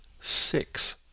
six